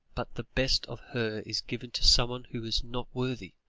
but the best of her is given to someone who is not worthy.